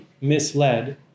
misled